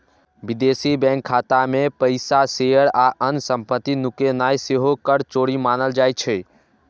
विदेशी बैंक खाता मे पैसा, शेयर आ अन्य संपत्ति नुकेनाय सेहो कर चोरी मानल जाइ छै